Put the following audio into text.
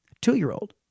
Two-year-old